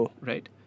Right